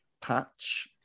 patch